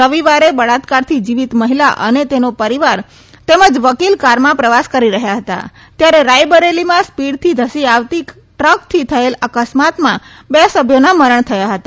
રવિવારે બળાત્કારની જીવીત મહિલા અને તેનો પરિવાર તેમજ વકીલ કારમાં પ્રવાસ કરી રહ્યા હતા ત્યારે રાયબરેલીમાં સ્પીડથી ધસી આવતી ટ્રકથી થયેલ અકસ્માતમાં બે સભ્યોના મરણ થયા હતા